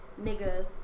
nigga